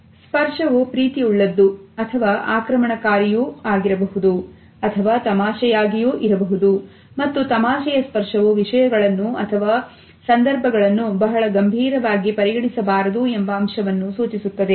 ಸ್ಪರ್ಶವು ಪ್ರೀತಿ ಉಳ್ಳದ್ದು ಅಥವಾ ಆಕ್ರಮಣಕಾರಿ ಯು ಆಗಿರಬಹುದು ಅಥವಾ ತಮಾಷೆಯಾಗಿಯೂ ಇರಬಹುದು ಮತ್ತು ತಮಾಷೆಯ ಸ್ಪರ್ಶವು ವಿಷಯಗಳನ್ನು ಅಥವಾ ಸಂದರ್ಭಗಳನ್ನು ಬಹಳ ಗಂಭೀರವಾಗಿ ಪರಿಗಣಿಸಬಾರದು ಎಂಬ ಅಂಶವನ್ನು ಸೂಚಿಸುತ್ತದೆ